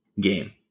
game